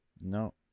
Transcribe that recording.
no